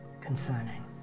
Concerning